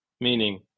meaning